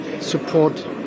support